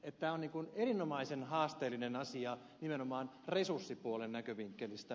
tämä on erinomaisen haasteellinen asia nimenomaan resurssipuolen näkövinkkelistä